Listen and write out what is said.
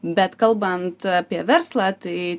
bet kalbant apie verslą tai